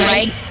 Right